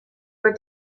were